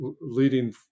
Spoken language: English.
leading